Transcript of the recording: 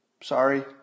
sorry